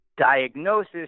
Diagnosis